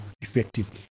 effectively